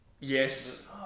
Yes